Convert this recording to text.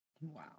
Wow